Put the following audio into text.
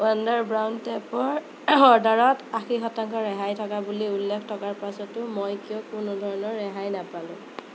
wonder brown টেপৰ অৰ্ডাৰত আশী শতাংশ ৰেহাই থকা বুলি উল্লেখ থকাৰ পাছতো মই কিয় কোনো ধৰণৰ ৰেহাই নাপালোঁ